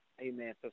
Amen